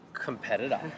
Competitor